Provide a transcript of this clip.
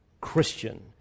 Christian